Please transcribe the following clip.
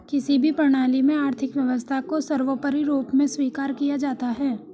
किसी भी प्रणाली में आर्थिक व्यवस्था को सर्वोपरी रूप में स्वीकार किया जाता है